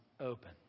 open